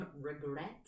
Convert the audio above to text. Regret